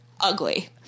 ugly